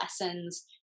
lessons